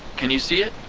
can you see it?